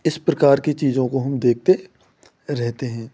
इस प्रकार की चीज़ों को हम देखते रहते हैं